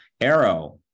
Arrow